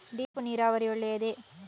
Drip ನೀರಾವರಿ ಒಳ್ಳೆಯದೇ?